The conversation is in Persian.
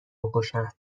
بکشن